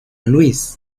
luis